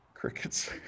Crickets